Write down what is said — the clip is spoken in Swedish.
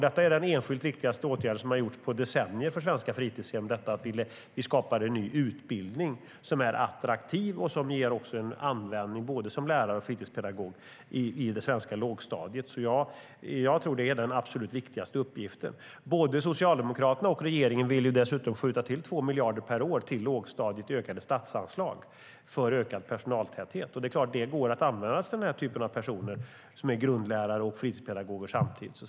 Det är den enskilt viktigaste åtgärden som har gjorts på decennier för svenska fritidshem, detta att vi skapar en ny utbildning som är attraktiv och som också ger användning både som lärare och fritidspedagog i det svenska lågstadiet. Jag tror att det absolut viktigaste. Både Socialdemokraterna och regeringen vill dessutom skjuta till 2 miljarder per år till lågstadiet i ökade statsanslag för ökad personaltäthet. Det är klart att det går att använda till den här typen av personer, som är grundlärare och fritidspedagoger samtidigt.